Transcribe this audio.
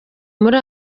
muri